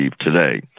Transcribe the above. today